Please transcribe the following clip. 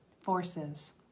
forces